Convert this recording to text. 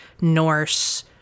norse